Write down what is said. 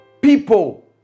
people